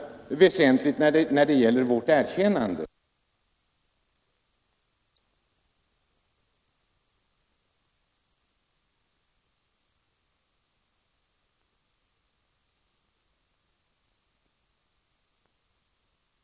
Siktar utskottet så långt in i framtiden, då är det inte mycket mening med den skrivning som gjorts i Övrigt i utskottets betänkande.